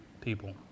people